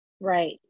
right